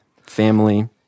family